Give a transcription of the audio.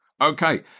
Okay